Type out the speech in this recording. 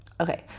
Okay